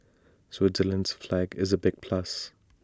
Switzerland's flag is A big plus